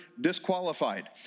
disqualified